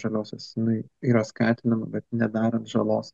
žaliosios jinai yra skatinama bet nedarant žalos